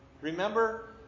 Remember